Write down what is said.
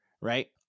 right